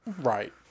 Right